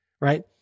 Right